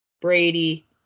Brady